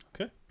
Okay